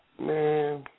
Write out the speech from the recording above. Man